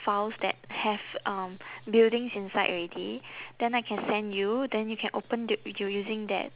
files that have um buildings inside already then I can send you then you can open the you're using that